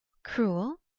cruel?